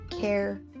care